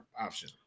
option